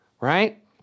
right